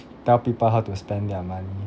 tell people how to spend their money